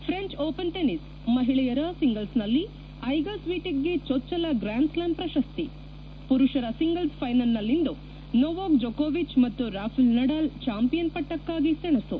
French Open tennis ಮಹಿಳೆಯರ ಸಿಂಗಲ್ಸ್ನಲ್ಲಿ Iga ಸ್ತೀಟಿಕ್ಗೆ ಚೊಚ್ಚಲ ಗ್ರ್ಯಾನ್ ಸ್ಲಾಮ್ ಪ್ರಶಸ್ತಿ ಪುರುಷರ ಸಿಂಗಲ್ಸ್ ಫೈನಲ್ನಲ್ಲಿಂದು ನೊವಾಕ್ ಜೋಕೊವಿಚ್ ಮತ್ತು ರಾಫೆಲ್ ನಡಾಲ್ ಚಾಂಪಿಯನ್ ಪಟ್ಟಕ್ತಾಗಿ ಸೆಣಸು